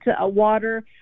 water